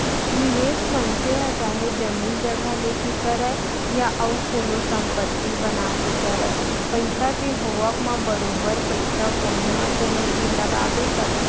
निवेस मनसे ह चाहे जमीन जघा लेके करय या अउ कोनो संपत्ति बना के करय पइसा के होवब म बरोबर पइसा कोनो न कोनो तीर लगाबे करथे